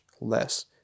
less